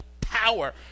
power